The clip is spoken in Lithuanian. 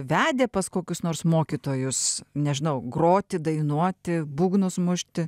vedė pas kokius nors mokytojus nežinau groti dainuoti būgnus mušti